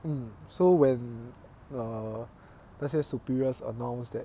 mm so when err 那些 superiors announced that